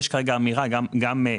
יש כרגע אמירה גם בתקנות.